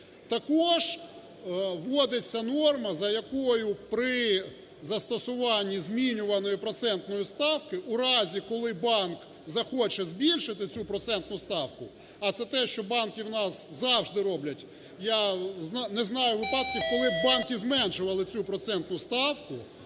Також вводиться норма, за якою при застосуванні змінюваної процентної ставки, у разі, коли банк захоче збільшити цю процентну ставку, а це те, що банки у нас завжди роблять, я не знаю випадків, коли б банки зменшували цю процентну ставку,